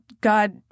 God